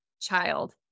child